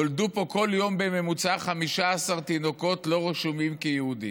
נולדו פה כל יום בממוצע 15 תינוקות שלא רשומים כיהודים,